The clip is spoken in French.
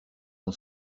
son